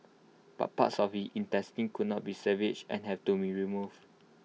but parts of his intestines could not be salvaged and had to be removed